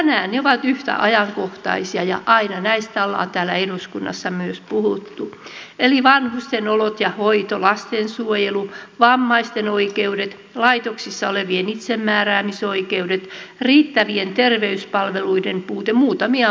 tänään ne ovat yhtä ajankohtaisia ja aina näistä ollaan myös täällä eduskunnassa puhuttu eli vanhusten olot ja hoito lastensuojelu vammaisten oikeudet laitoksissa olevien itsemääräämisoikeudet riittävien terveyspalveluiden puute muutamia mainitakseni